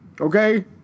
Okay